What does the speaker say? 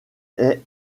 est